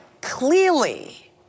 Clearly